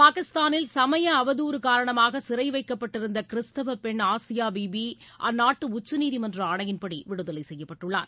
பாகிஸ்தானில் சமயஅவதாறு காரணமாக சிறை வைக்கப்பட்டிருந்த கிறிஸ்தவ பெண் ஆசியா பீபீ அந்நாட்டு உச்சநீதிமன்ற ஆணையின்படி விடுதலை செய்யப்பட்டுள்ளார்